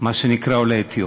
מה שנקרא עולי אתיופיה.